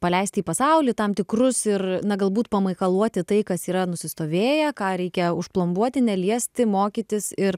paleisti į pasaulį tam tikrus ir na galbūt pamakaluoti tai kas yra nusistovėję ką reikia užplombuoti neliesti mokytis ir